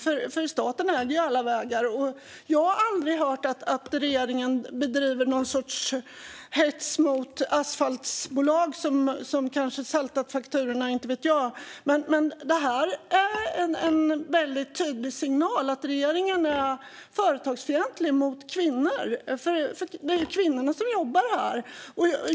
Det är ju staten som äger alla vägar. Jag har aldrig hört regeringen hetsa mot asfaltbolag som kanske har saltat fakturorna - inte vet jag. Men det här är en tydlig signal om att regeringen är fientlig till kvinnligt företagande. Det är nämligen kvinnorna som jobbar här.